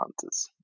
hunters